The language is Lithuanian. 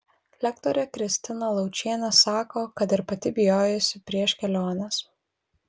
lektorė kristina laučienė sako kad ir pati bijojusi prieš keliones